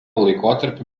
laikotarpiu